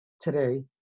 today